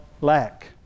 lack